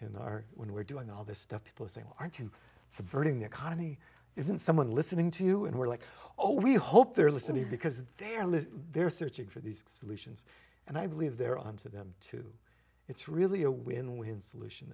our when we're doing all this stuff people think aren't you subverting the economy isn't someone listening to you and we're like oh we hope they're listening because they are only they're searching for these solutions and i believe they're on to them too it's really a win win solution